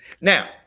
now